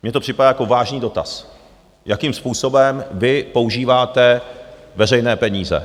Mně to připadá jako vážný dotaz, jakým způsobem vy používáte veřejné peníze.